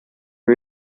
for